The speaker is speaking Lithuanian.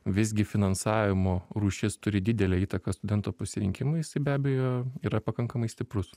visgi finansavimo rūšis turi didelę įtaką studentų pasirinkimui jisai be abejo yra pakankamai stiprus